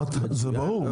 זה ברור,